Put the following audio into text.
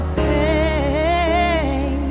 pain